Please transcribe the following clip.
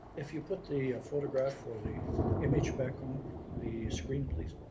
if you put the photograph or the image back on the screen, please.